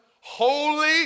holy